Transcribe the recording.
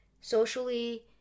socially